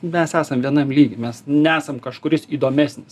mes esam vienam lygy mes nesam kažkuris įdomesnis